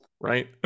Right